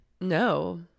No